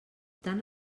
tant